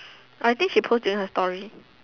I think she post in her story